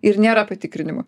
ir nėra patikrinimo